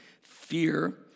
Fear